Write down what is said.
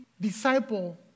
disciple